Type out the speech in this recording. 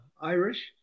Irish